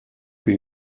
più